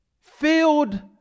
filled